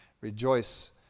rejoice